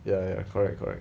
ya ya correct correct